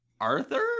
Arthur